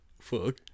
Fuck